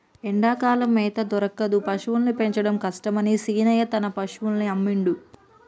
ఎండాకాలం మేత దొరకదు పశువుల్ని పెంచడం కష్టమని శీనయ్య తన పశువుల్ని అమ్మిండు